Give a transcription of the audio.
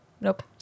Nope